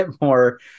more